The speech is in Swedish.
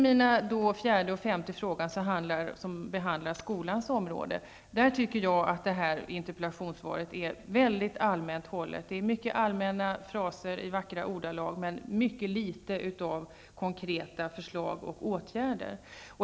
Mina frågor nr 4 och 5 berör skolans område. I denna del tycker jag att interpellationssvaret är mycket allmänt hållet. Det är mycket allmänna fraser i vackra ordalag men mycket litet av konkreta förslag och åtgärder.